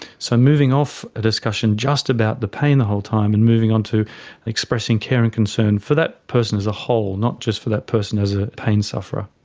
so moving off a discussion just about the pain the whole time and moving on to expressing care and concern for that person as a whole, not just for that person as a pain sufferer.